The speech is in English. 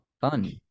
Fun